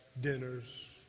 dinners